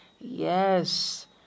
Yes